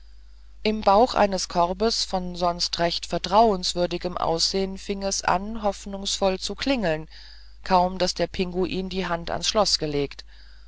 im bauch eines korbes von sonst recht vertrauenswürdigem aussehen fing es hoffnungsvoll an zu klingeln kaum daß der pinguin die hand ans schloß legte